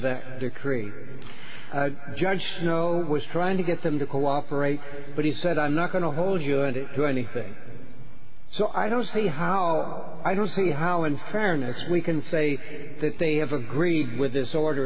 that decree judge snow was trying to get them to cooperate but he said i'm not going to hold you and do anything so i don't see how i don't see how in fairness we can say that they have agreed with this order